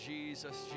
Jesus